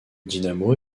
dynamo